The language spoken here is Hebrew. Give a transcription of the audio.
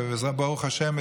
וברוך השם,